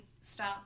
stop